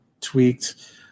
tweaked